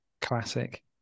Classic